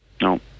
no